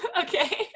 Okay